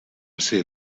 ser